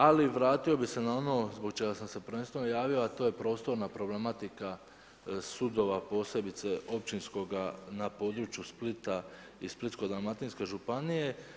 Ali vratio bih se na ono zbog čega sam se prvenstveno javio, a to je prostorna problematika sudova posebice Općinskoga na području Splita i Splitsko-dalmatinske županije.